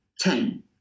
Ten